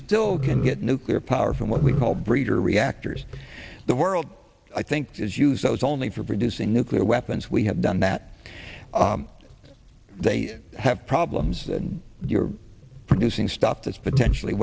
still can get nuclear power from what we call breeder reactors the world i think is use those only for producing nuclear weapons we have done that they have problems and you're producing stuff that's potentially